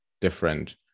different